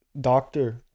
doctor